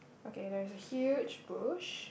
okay there's a huge bush